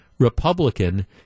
republican